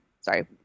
sorry